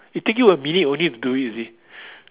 it'll take you a minute only to do it you see